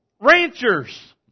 ranchers